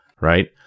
Right